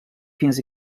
fins